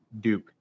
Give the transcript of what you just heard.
Duke